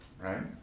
right